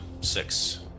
six